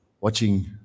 watching